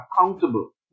accountable